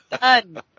Done